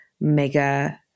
mega –